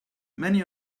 many